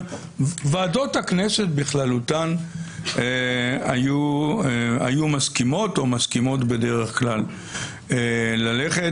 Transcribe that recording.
ועדות הכנסת בכללותן היו מסכימות או מסכימות בדרך כלל ללכת,